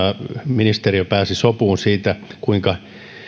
ministeriö pääsi sopuun siitä kuinka